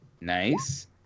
Nice